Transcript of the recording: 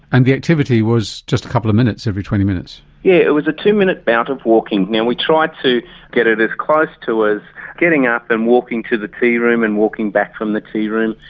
and the activity was just a couple of minutes every twenty minutes yeah it was a two-minute bout of walking. now we tried to get it as close to as getting up and walking to the tearoom and walking back from the tearoom,